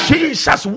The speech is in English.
Jesus